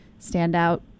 standout